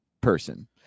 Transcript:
person